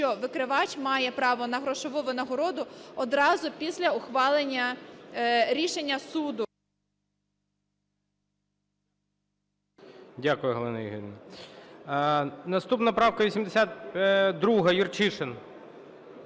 що викривач має право на грошову винагороду одразу після ухвалення рішення суду. ГОЛОВУЮЧИЙ. Дякую, Галина Ігорівна. Наступна правка 82-а, Юрчишин.